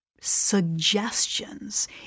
suggestions